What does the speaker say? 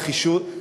נחישות,